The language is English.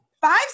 five